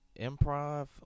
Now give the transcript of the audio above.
improv